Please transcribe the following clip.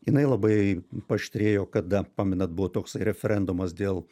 jinai labai paaštrėjo kada pamenat buvo toksai referendumas dėl